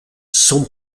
son